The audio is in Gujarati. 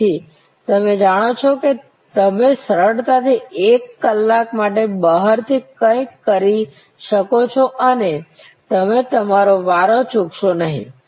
તેથી તમે જાણો છો કે તમે સરળતાથી એક કલાક માટે બહારથી કંઈક કરી શકો છો અને તમે તમારો વારો ચૂકશો નહીં